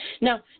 Now